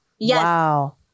wow